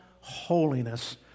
holiness